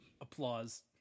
Applause